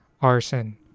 arson